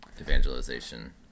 evangelization